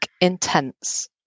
intense